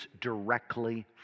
directly